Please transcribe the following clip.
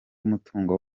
mutungo